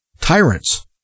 tyrants